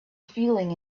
feeling